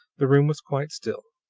the room was quite still